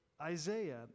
Isaiah